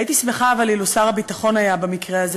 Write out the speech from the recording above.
אבל הייתי שמחה אילו שר הביטחון היה במקרה הזה,